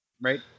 right